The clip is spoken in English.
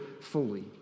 fully